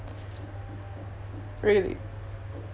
really